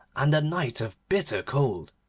and a night of bitter cold.